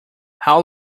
how